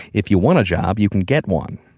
if you want a job, you can get one.